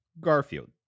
Garfield